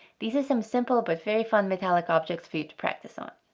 these are some simple but very fun metallic objects for you to practice on.